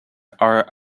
are